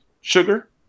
sugar